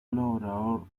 colaborador